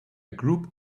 group